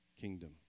kingdom